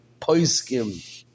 poiskim